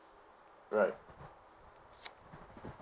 right